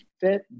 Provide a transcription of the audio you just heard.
fit